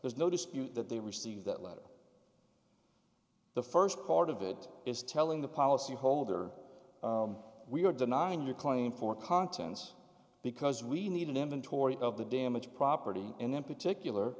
there's no dispute that they received that letter the first part of it is telling the policyholder we are denying your claim for continence because we need an inventory of the damaged property and in particular